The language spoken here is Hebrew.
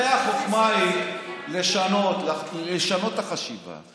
הרי החוכמה היא לשנות את החשיבה.